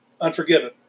Unforgiven